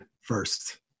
first